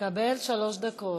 צריך להחזיר לו שלוש דקות.